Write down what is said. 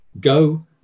go